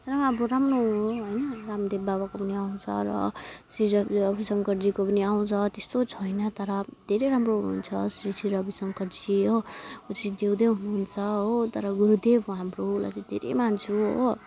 तर पनि अब राम्रो हो होइन रामदेव बाबाको पनि आउँछ र श्री रविशङ्करजीको पनि आउँछ त्यस्तो छैन तर धेरै राम्रो हुनुहुन्छ श्री श्री रविशङ्करजी हो ऊ चाहिँ जिउँदै हुनुहुन्छ हो तर गुरुदेव हो हाम्रो उसलाई चाहिँ धेरै मान्छु हो